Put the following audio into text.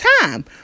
time